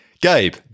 Gabe